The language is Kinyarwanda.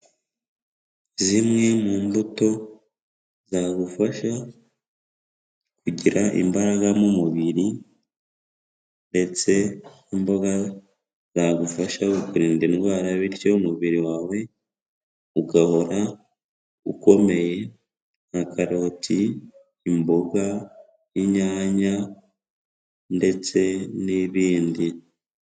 Zimwe mu mbuto zagufasha kugira imbaraga mu mubiri ndetse n'imboga zagufasha kukurinda indwara bityo umubiri wawe ugahora ukomeye, nka karoti, imboga, inyanya ndetse n'ibindi.